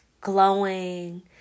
glowing